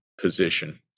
position